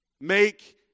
Make